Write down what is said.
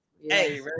Hey